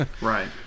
Right